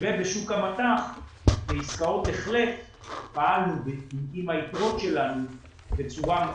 ובשוק המט"ח בעסקאות פעלנו עם היתרות שלנו בצורה ...